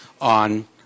on